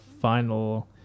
final